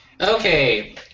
Okay